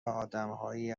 آدمهایی